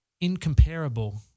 incomparable